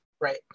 right